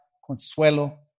consuelo